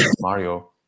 mario